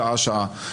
שעה-שעה.